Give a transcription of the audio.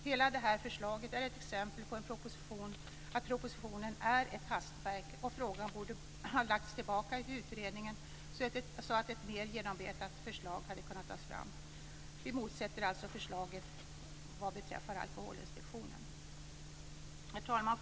Hela det här förslaget är ett exempel på att propositionen är ett hastverk, och frågan borde ha lämnats tillbaka till utredningen så att ett mer genomarbetat förslag hade kunnat tas fram. Vi motsätter oss alltså förslaget vad beträffar Alkoholinspektionen. Herr talman!